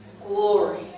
Glory